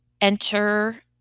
enter